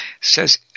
says